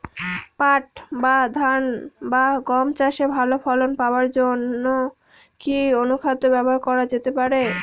পাট বা ধান বা গম চাষে ভালো ফলন পাবার জন কি অনুখাদ্য ব্যবহার করা যেতে পারে?